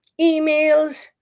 emails